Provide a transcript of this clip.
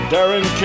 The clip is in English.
Darren